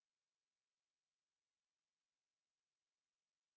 kakak kau punya ni berjalan tak dia punya benda ni timer